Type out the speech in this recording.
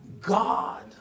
God